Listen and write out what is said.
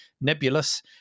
Nebulous